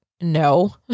no